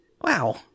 Wow